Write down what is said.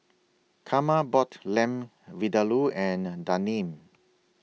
Carma bought Lamb Vindaloo and A Daneen